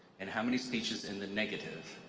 and how many speeches in the negative?